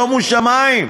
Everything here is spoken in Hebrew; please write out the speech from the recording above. שומו שמים,